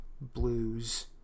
blues